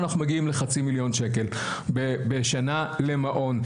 אנחנו מגיעים לחצי מיליון שקל בשנה למעון.